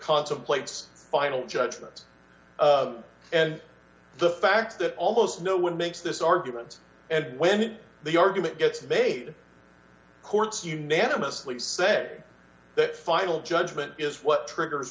contemplates final judgment and the fact that almost no one makes this argument and when the argument gets made courts unanimously said that final judgment is what triggers